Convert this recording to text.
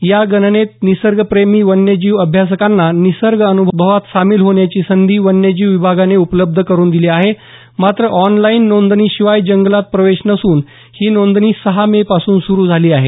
या गणनेत निसर्गप्रेमी वन्यजीव अभ्यासकांना निसर्ग अनुभवात सामील होण्याची संधी वन्यजीव विभागाने उपलब्ध करून दिली आहे मात्र ऑनलाईन नोंदणी शिवाय जंगलात प्रवेश नसून ती नोंदणी सहा मे पासून सुरू झाली आहे